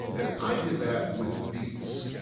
and i did that with beets.